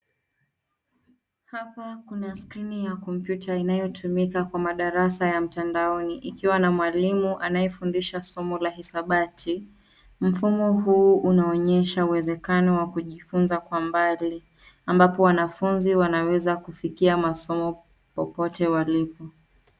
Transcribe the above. Hapa kuna skrini ya kompyuta inayotumika kwa madarasa ya mtandaoni ikiwa na mwalimu anayefundisha somo la hisabati. Mfumo huu unaonyesha uwezekano wa kujifunza kwa mbali ambapo wanafunzi wanaweza kufikia masomo popote walipo.